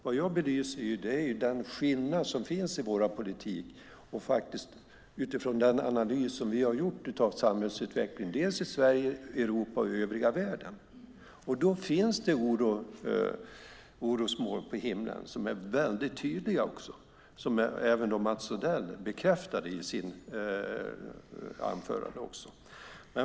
Vad jag belyser är den skillnad som finns i vår politik utifrån den analys som vi har gjort av samhällsutvecklingen i Sverige, i Europa och i övriga världen. Då finns det orosmoln på himlen som är väldigt tydliga, som även Mats Odell bekräftade i sitt anförande.